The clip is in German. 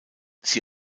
sie